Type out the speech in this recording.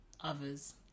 others